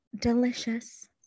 Delicious